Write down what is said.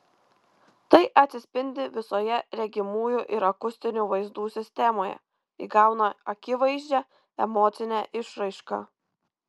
tai atsispindi visoje regimųjų ir akustinių vaizdų sistemoje įgauna akivaizdžią emocinę išraišką